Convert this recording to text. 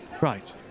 right